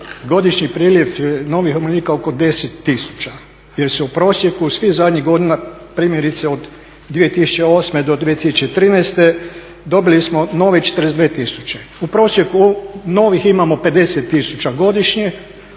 godišnji priliv novih umirovljenika oko 10 tisuća jer se u prosjeku svih zadnjih godina primjerice od 2008. do 2013. dobili smo nove 42 tisuće. U prosjeku novih imamo 50 tisuća godišnje